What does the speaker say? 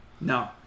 No